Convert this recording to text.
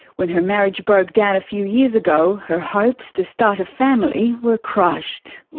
when her marriage broke down a few years ago, her hopes to start a family were crushed.